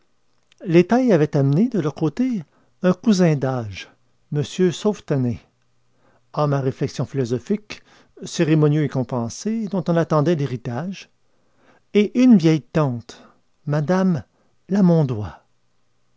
avaient amené de leur côté un cousin d'âge m sauvetanin homme à réflexions philosophiques cérémonieux et compassé dont on attendait l'héritage et une vieille tante mme lamondois